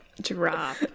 Drop